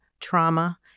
trauma